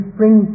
bring